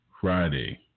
Friday